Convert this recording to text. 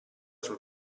sul